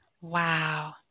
Wow